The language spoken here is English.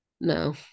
no